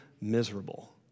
miserable